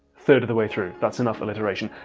third of the way through, that's enough alliteration.